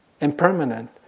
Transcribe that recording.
impermanent